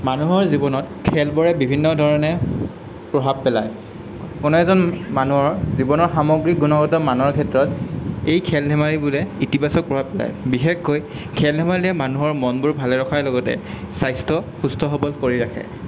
মানুহৰ জীৱনত খেলবোৰে বিভিন্ন ধৰণে প্ৰভাৱ পেলায় কোনো এজন মানুহৰ জীৱনৰ সামগ্ৰীক গুণগত মানৰ ক্ষেত্ৰত এই খেল ধেমালিবোৰে ইতিবাচক প্ৰভাৱ পেলায় বিশেষকৈ খেল ধেমালিয়ে মানুহৰ মনবোৰ ভালে ৰখাৰ লগতে স্বাস্থ্য সুস্থ সবল কৰি ৰাখে